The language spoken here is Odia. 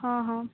ହଁ ହଁ